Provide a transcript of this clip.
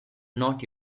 not